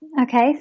okay